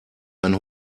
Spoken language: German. einen